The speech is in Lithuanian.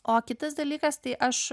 o kitas dalykas tai aš